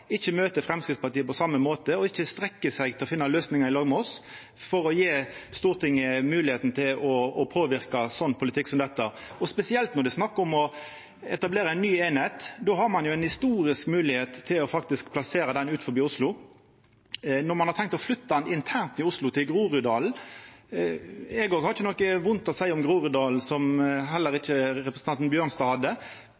ikkje møter Framstegspartiet på same måte og ikkje strekkjer seg for å finna løysingar i lag med oss for å gje Stortinget moglegheita til å påverka politikk som dette. Spesielt når det er snakk om å etablera ei ny eining, har ein ei historisk moglegheit til faktisk å plassera ho utanfor Oslo. No har ein tenkt å flytta ho internt i Oslo, til Groruddalen. Eg har ikkje noko vondt å seia om Groruddalen, noko heller